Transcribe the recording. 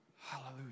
Hallelujah